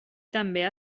també